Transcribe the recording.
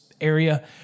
area